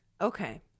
Okay